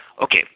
Okay